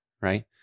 right